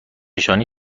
نشانی